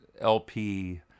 LP